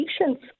patients